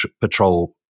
Patrol